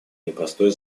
непростой